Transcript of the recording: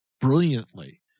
brilliantly